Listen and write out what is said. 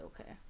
okay